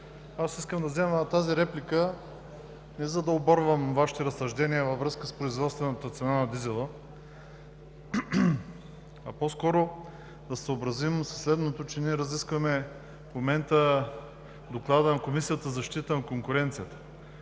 Аз искам да взема тази реплика не за да оборвам Вашите разсъждения във връзка с производствената цена на дизела, а по-скоро да се съобразим със следното, че ние разискваме в момента Доклада на Комисията за защита на конкуренцията,